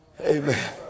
Amen